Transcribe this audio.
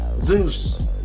Zeus